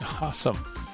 awesome